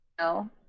No